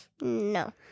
No